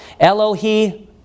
Elohi